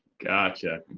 gotcha.